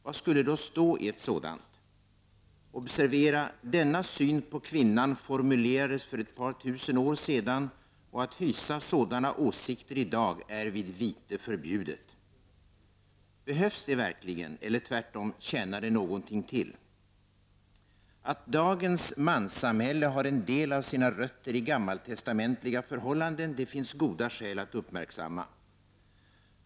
Vad skulle då stå i ett sådant förord? ”Obs! Denna syn på kvinnan formulerades för ett par tusen år sedan och att hysa sådana åsikter i dag är vid vite förbjudet.” Behövs det verkligen? Eller tvärtom. Tjänar det någonting till? Att dagens manssamhälle har en del av sina rötter i gammaltestamentliga förhållanden finns det goda skäl att uppmärksamma.